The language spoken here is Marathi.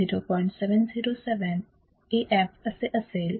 707 Afअसे असेल